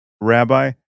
rabbi